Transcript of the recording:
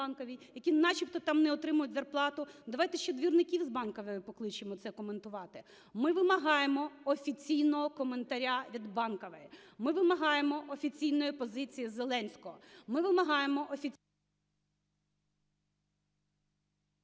які начебто там не отримують зарплату, давайте ще двірників з Банкової покличемо це коментувати. Ми вимагаємо офіційного коментаря від Банкової. Ми вимагаємо офіційної позиції Зеленського. Ми вимагаємо… Веде засідання